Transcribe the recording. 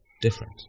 Different